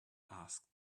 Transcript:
asked